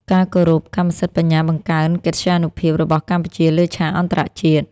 ការគោរពកម្មសិទ្ធិបញ្ញាបង្កើនកិត្យានុភាពរបស់កម្ពុជាលើឆាកអន្តរជាតិ។